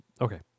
Okay